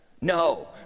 No